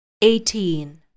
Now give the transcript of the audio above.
Eighteen